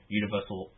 universal